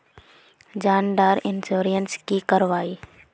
जान डार इंश्योरेंस की करवा ई?